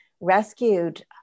rescued